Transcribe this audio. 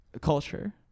Culture